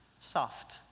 soft